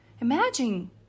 Imagine